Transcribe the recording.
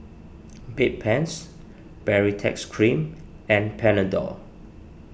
Bedpans Baritex Cream and Panadol